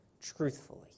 truthfully